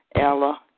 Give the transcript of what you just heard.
Ella